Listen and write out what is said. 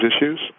issues